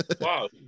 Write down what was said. Wow